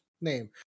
name